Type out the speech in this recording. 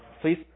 Please